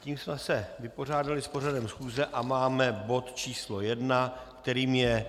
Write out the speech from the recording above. Tím jsme se vypořádali s pořadem schůze a máme bod číslo 1, kterým je